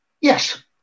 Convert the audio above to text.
Yes